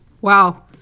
Wow